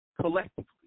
collectively